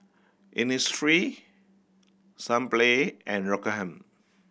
Innisfree Sunplay and Rockingham